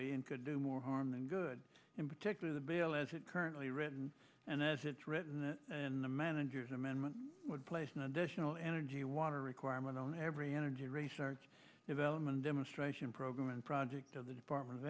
burdensome could do more harm than good in particular the bill as it currently written and as it's written in the manager's amendment would place an additional energy water requirement on every energy research development demonstration program and project of the department of